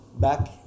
Back